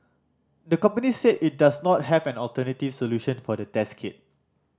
the company said it does not have an alternative solution for the test kit